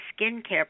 skincare